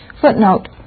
Footnote